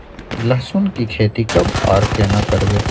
लहसुन की खेती कब आर केना करबै?